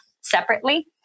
separately